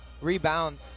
rebound